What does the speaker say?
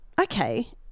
okay